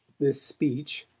this speech,